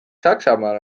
saksamaal